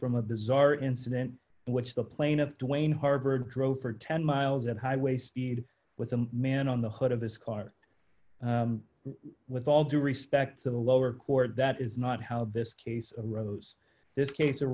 from a bizarre incident which the plaintiff wayne harvard drove for ten miles at highway speed with a man on the hood of his car with all due respect to the lower court that is not how this case rose this case a